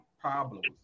problems